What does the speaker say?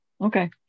Okay